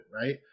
right